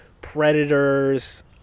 predators